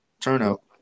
turnout